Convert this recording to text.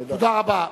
תודה.